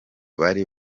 bari